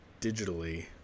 digitally